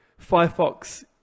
Firefox